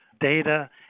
data